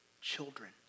children